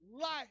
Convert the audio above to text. life